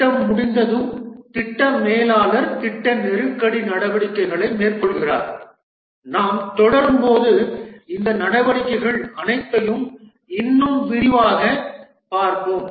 திட்டம் முடிந்ததும் திட்ட மேலாளர் திட்ட நெருக்கடி நடவடிக்கைகளை மேற்கொள்கிறார் நாம் தொடரும்போது இந்த நடவடிக்கைகள் அனைத்தையும் இன்னும் விரிவாகப் பார்ப்போம்